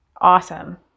Awesome